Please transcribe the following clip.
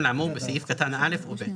למה בקרונות הריט לא עושים אותו מודל?